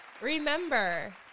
Remember